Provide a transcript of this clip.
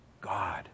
God